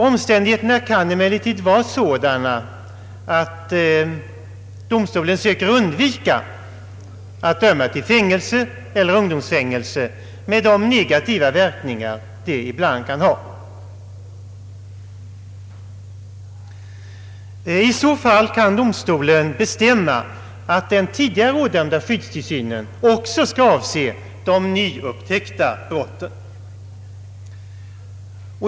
Omständigheterna kan emellertid vara sådana att domstolen söker undvika att döma till fängelse eller ungdomsfängelse med de negativa verkningar detta ibland kan ha. I så fall kan domstolen bestämma att den tidigare ådömda skyddstillsynen också skall avse de nyupptäckta brotten.